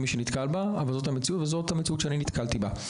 אבל זאת המציאות שנתקלתי בה.